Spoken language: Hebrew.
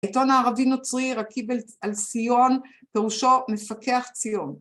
בעיתון הערבי-נוצרי רכיב על סיון פירושו מפקח ציון